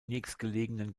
nächstgelegenen